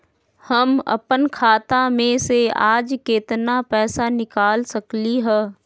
हम अपन खाता में से आज केतना पैसा निकाल सकलि ह?